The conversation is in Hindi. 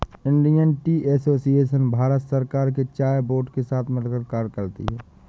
इंडियन टी एसोसिएशन भारत सरकार के चाय बोर्ड के साथ मिलकर कार्य करती है